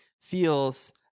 feels